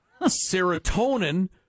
Serotonin